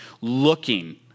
looking